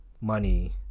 money